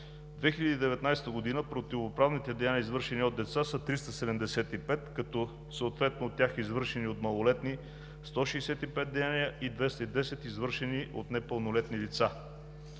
В 2019 г. противоправните деяния, извършени от деца, са 375, като съответно от тях извършени от малолетни – 165 деяния, и 210 извършени от непълнолетни лица.